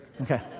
Okay